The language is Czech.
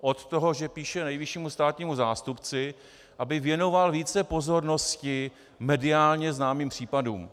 Od toho, že píše nejvyššímu státnímu zástupci, aby věnoval více pozornosti mediálně známým případům.